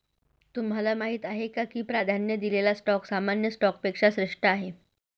तुम्हाला माहीत आहे का की प्राधान्य दिलेला स्टॉक सामान्य स्टॉकपेक्षा श्रेष्ठ आहे?